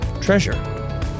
treasure